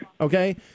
okay